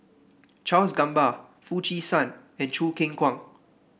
Charles Gamba Foo Chee San and Choo Keng Kwang